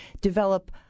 develop